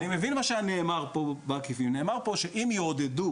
אני מבין מה שנאמר פה בדיון, נאמר פה שאם יעודדו,